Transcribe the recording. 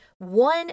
One